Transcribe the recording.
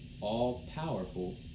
all-powerful